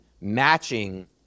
matching